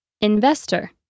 investor